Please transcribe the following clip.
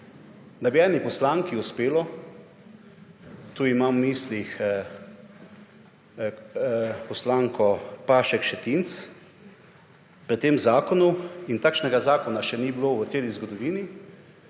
bi eni poslanki uspelo, tu imam v mislih poslanko Pašek Šetinc, pri tem zakonu, in takšnega zakona še ni bilo v celi zgodovini,